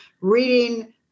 reading